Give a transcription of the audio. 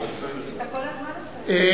אתה כל הזמן עושה את